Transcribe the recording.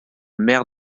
maire